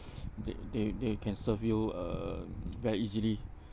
they they they can serve you um very easily